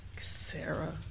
sarah